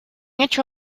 hecho